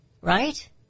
Right